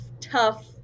tough